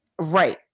Right